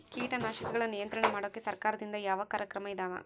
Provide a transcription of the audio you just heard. ಕೇಟನಾಶಕಗಳ ನಿಯಂತ್ರಣ ಮಾಡೋಕೆ ಸರಕಾರದಿಂದ ಯಾವ ಕಾರ್ಯಕ್ರಮ ಇದಾವ?